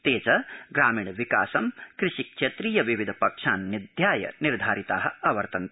ते च ग्रामीण विकासं कृषिक्षेत्रीय विविध पक्षान् निध्याय निर्धारिता अवर्तन्त